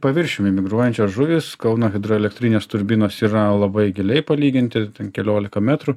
paviršiumi migruojančios žuvys kauno hidroelektrinės turbinos yra labai giliai palyginti ten keliolika metrų